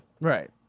right